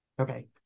Okay